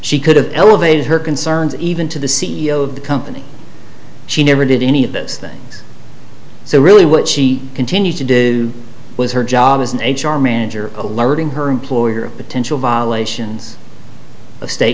she could have elevated her concerns even to the c e o of the company she never did any of those things so really what she continued to do was her job as an h r manager alerting her employer of potential violations of state